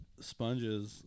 sponges